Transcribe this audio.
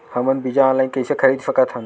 हमन बीजा ऑनलाइन कइसे खरीद सकथन?